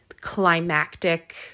climactic